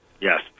Yes